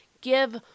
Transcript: give